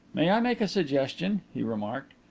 may i make a suggestion? he remarked.